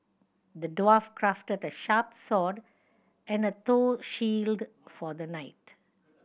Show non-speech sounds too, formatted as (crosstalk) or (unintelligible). the dwarf crafted a sharp (unintelligible) and a (unintelligible) shield for the knight